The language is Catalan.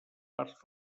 parts